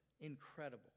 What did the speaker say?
Incredible